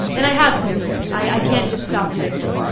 and i have to do them, i can't just stop doing them.